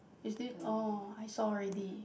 is it oh I saw already